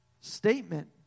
statement